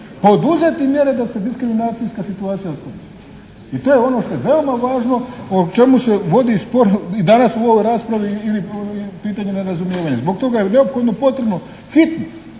poduzeti mjere da se diskriminacijska situacija otkloni i to je ono što je veoma važno, o čemu se vodi spor i danas u ovoj raspravi i pitanje nerazumijevanja. Zbog toga je neophodno potrebno hitno